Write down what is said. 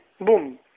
boom